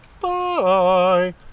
Bye